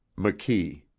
mc kee